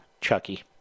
Chucky